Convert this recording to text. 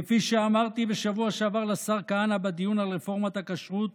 כפי שאמרתי בשבוע שעבר לשר כהנא בדיון על רפורמת הכשרות